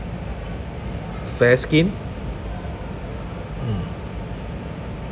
fair skin mm